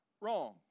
wrong